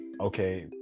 okay